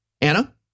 Anna